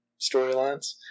storylines